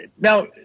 Now